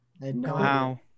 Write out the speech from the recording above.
wow